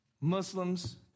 Muslims